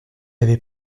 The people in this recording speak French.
avait